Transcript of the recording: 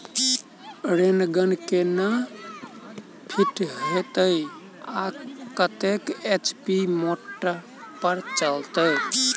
Rain gun केना fit हेतइ आ कतेक एच.पी मोटर पर चलतै?